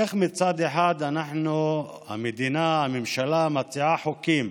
איך מצד אחד אנחנו, המדינה, הממשלה מציעה חוקים